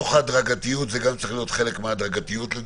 חלק מההדרגתיות.